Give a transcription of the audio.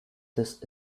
this